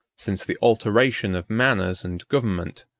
since the alteration of manners and government,